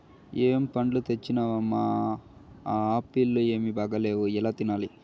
ఏం పండ్లు తెచ్చినవమ్మ, ఆ ఆప్పీల్లు ఏమీ బాగాలేవు ఎలా తినాలి